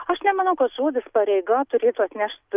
aš nemanau kad žodis pareiga turėtų atnešt